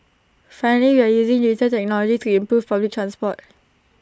finally we are using digital technology to improve public transport